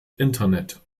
internet